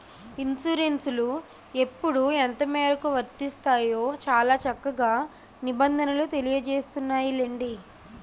ఇన్సురెన్సులు ఎప్పుడు ఎంతమేరకు వర్తిస్తాయో చాలా చక్కగా నిబంధనలు తెలియజేస్తున్నాయిలెండి